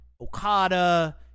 Okada